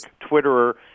Twitterer